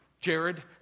Jared